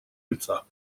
лица